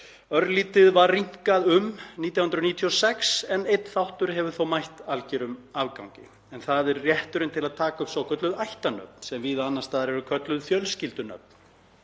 persónulega einkenni 1996 en einn þáttur hefur þó mætt algjörum afgangi. Það er rétturinn til að taka upp svokölluð ættarnöfn sem víða annars staðar eru kölluð fjölskyldunöfn.